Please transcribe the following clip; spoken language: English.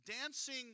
Dancing